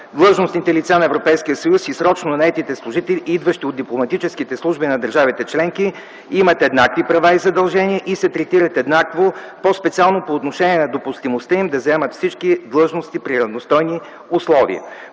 Длъжностните лица на Европейския съюз и срочно наетите служители, идващи от дипломатическите служби на държавите членки, имат еднакви права и задължения и се третират еднакво, по-специално по отношение на допустимостта им да заемат всички длъжности при равностойни условия.